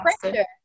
pressure